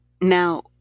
now